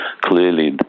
clearly